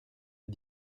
est